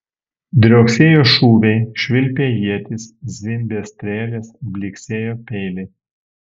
drioksėjo šūviai švilpė ietys zvimbė strėlės blyksėjo peiliai